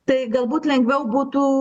tai galbūt lengviau būtų